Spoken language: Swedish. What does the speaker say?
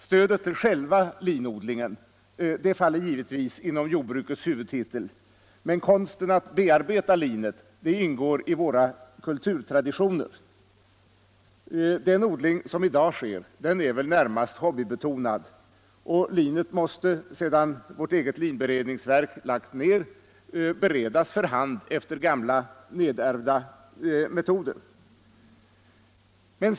Stödet till själva linodlingen faller givetvis inom jordbrukets huvudtitel, men konsten att bearbeta linet ingår i våra kulturtraditioner. Den odling som i dag förekommer är väl närmast hobbybetonad, och sedan vårt eget linberedningsverk lagts ned måste linet beredas för hand efter gamla nedärvda metoder.